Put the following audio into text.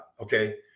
Okay